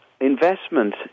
investment